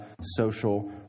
social